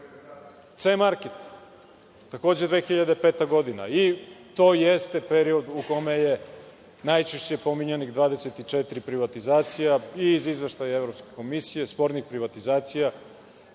„C–Market“, takođe 2005. godina, i to jeste period u kome je najčešće pominjanih 24 privatizacija, i iz izveštaja Evropske komisije, spornih privatizacija